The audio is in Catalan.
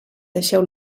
deixeu